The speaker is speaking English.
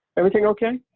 everything okay?